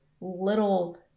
little